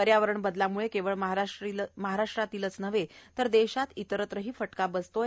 पर्यावरण बदलामुळे केवळ महाराष्ट्रातील नव्हे तर देशात इतरत्रही फटका बसत आहे